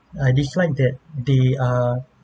I dislike that they err